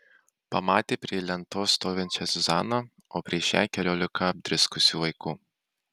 pamatė prie lentos stovinčią zuzaną o prieš ją keliolika apdriskusių vaikų